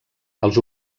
els